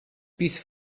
bis